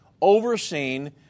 overseen